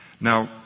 Now